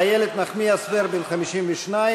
איילת נחמיאס ורבין, 52,